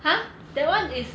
!huh! that one is